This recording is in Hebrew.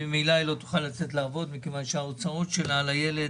אותה אישה לא תוכל לצאת לעבודה בגלל שההוצאות שלה על הילד